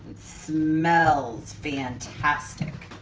smells fantastic.